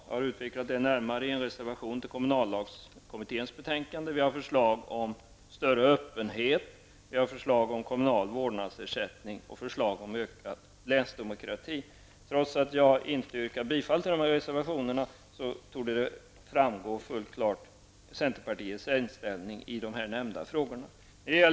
Jag har utvecklat detta närmare i en reservation till kommunallagskommitténs betänkande. Vi har också förslag om större öppenhet, kommunal vårdnadsersättning och ökad länsdemokrati. Trots att jag inte yrkar bifall till dessa reservationer, torde centerpartiets inställning i de nämnda frågorna klart framgå.